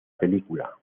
película